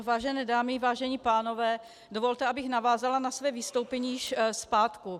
Vážené dámy, vážení pánové, dovolte mi, abych navázala na své vystoupení z pátku.